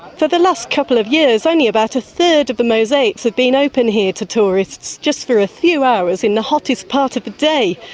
for the last couple of years only about a third of the mosaics have been open here to tourists, just for a few hours in the hottest part of the day.